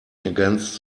against